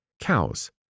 Cows